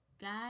Guys